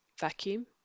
vacuum